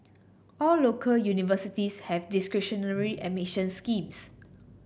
all local universities have discretionary admission schemes